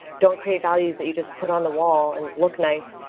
don't create values that you just put on the wall and look nice.